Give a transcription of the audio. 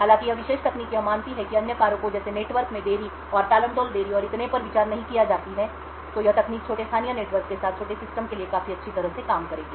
हालांकि यह विशेष तकनीक यह मानती है कि अन्य कारकों जैसे नेटवर्क में देरी और टाल मटोल देरी और इतने पर विचार नहीं किया जाता है तो यह तकनीक छोटे स्थानीय नेटवर्क के साथ छोटे सिस्टम के लिए काफी अच्छी तरह से काम करेगी